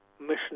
mission